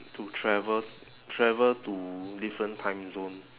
to travel travel to different timezone